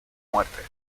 muerte